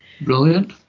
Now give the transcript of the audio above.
Brilliant